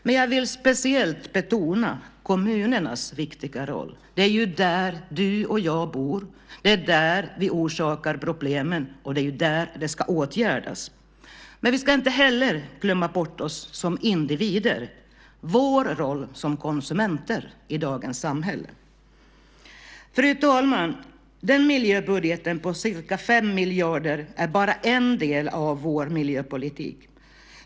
Men jag vill speciellt betona kommunernas viktiga roll. Det är ju där som du och jag bor. Det är där som vi orsakar problemen, och det är där som det ska åtgärdas. Men vi ska inte heller glömma bort oss som individer och vår roll som konsumenter i dagens samhälle. Fru talman! Miljöbudgeten på ca 5 miljarder är bara en del av vår miljöpolitik.